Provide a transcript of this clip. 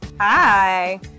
Hi